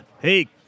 hey